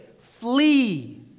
flee